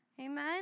Amen